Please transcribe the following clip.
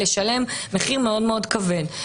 לשלם מחיר מאוד מאוד כבד.